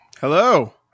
Hello